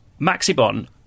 Maxibon